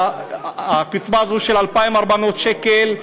של 2,400 שקל,